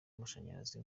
amashanyarazi